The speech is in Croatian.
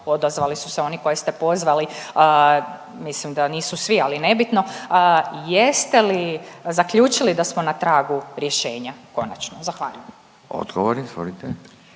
odazvali su se oni koje ste pozvali, mislim da nisu svi, ali nebitno, jeste li zaključili da smo na tragu rješenja konačno? Zahvaljujem. **Radin, Furio